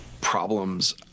problems